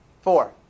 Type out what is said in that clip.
four